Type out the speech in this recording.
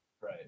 Right